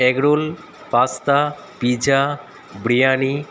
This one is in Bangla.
egg roll pasta pizza biryani